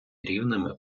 рівними